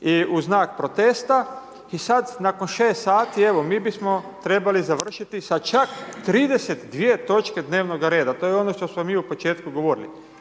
i u znak protesta i sada nakon 6 sati evo mi bismo trebali završiti sa čak 32 točke dnevnoga reda. To je ono što smo mi u početku govorili.